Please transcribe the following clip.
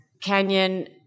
Canyon